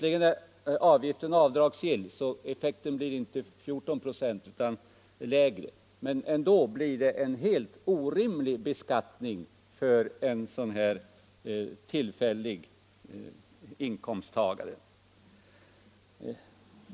Avgiften är visserligen avdragsgill varför effekten inte blir 14 96 utan lägre, men det blir ändå en helt orimlig beskattning för en inkomsttagare med ett sådant extra uppdrag.